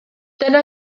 dyna